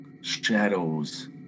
Shadows